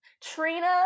Trina